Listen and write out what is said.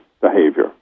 behavior